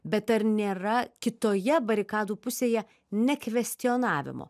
bet ar nėra kitoje barikadų pusėje ne kvestionavimo